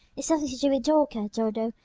it's something to do with dawker, dodo,